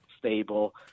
Stable